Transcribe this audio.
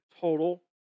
total